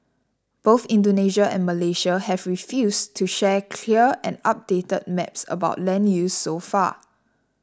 both Indonesia and Malaysia have refused to share clear and updated maps about land use so far